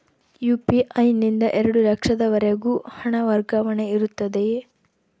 UPI ನಿಂದ ಎರಡು ಲಕ್ಷದವರೆಗೂ ಹಣ ವರ್ಗಾವಣೆ ಇರುತ್ತದೆಯೇ?